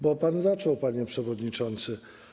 Bo pan zaczął, panie przewodniczący.